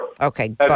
Okay